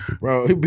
Bro